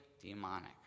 demonic